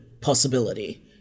possibility